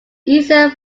easier